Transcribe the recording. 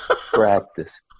Practice